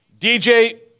DJ